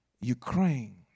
Ukraine